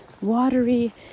watery